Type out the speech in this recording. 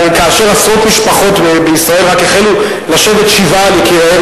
כאשר עשרות משפחות רק החלו לשבת שבעה על יקיריהן,